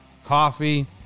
Coffee